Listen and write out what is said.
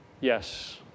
Yes